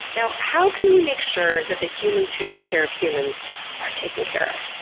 now, how can we make sure that the humans who take care of humans are taken care of?